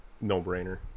No-brainer